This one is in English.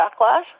backlash